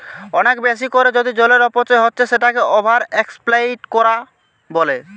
অনেক বেশি কোরে যদি জলের অপচয় হচ্ছে সেটাকে ওভার এক্সপ্লইট কোরা বলে